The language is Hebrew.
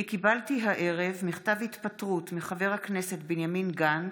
כי קיבלתי הערב מכתב התפטרות מחבר הכנסת בנימין גנץ,